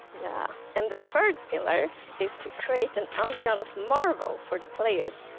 yeah, and the third pillar is to create an underground of marble for the players.